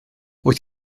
wyt